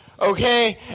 okay